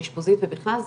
האשפוזית ובכלל,